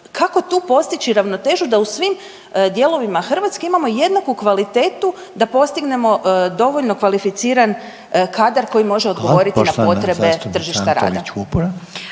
kako tu postići ravnotežu da u svim dijelovima Hrvatske imamo jednaku kvalitetu da postignemo dovoljno kvalificiran kadar koji može odgovoriti na potrebe tržišta rada?